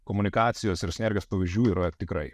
komunikacijos ir sinergijos pavyzdžių yra tikrai